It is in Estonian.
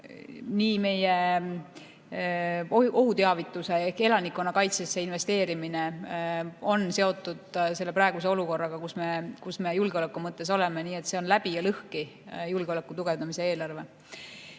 Meie ohuteavitusse ehk elanikkonnakaitsesse investeerimine on seotud selle praeguse olukorraga, kus me julgeoleku mõttes oleme. Nii et see on läbi ja lõhki julgeoleku tugevdamise eelarve. Kui